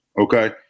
okay